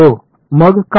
हो मग का